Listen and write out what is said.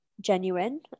genuine